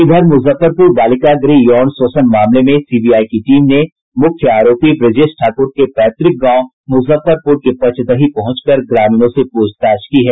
इधर मुजफ्फरपुर बालिका गृह यौन शोषण मामले में सीबीआई की टीम ने मुख्य आरोपी ब्रजेश ठाकुर के पैतृक गांव मुजफ्फरपुर के पचदही पहुंचकर ग्रामीणों से प्रछताछ की है